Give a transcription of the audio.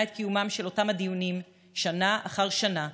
את קיומם של אותם דיונים שנה אחר שנה,